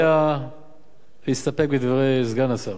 אני מציע להסתפק בדברי סגן השר.